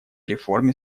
реформе